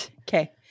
Okay